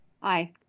Hi